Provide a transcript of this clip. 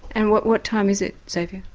and what what time is it xavier?